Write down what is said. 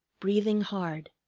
breathing hard.